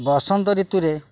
ବସନ୍ତ ଋତୁରେ